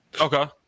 Okay